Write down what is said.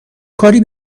کاری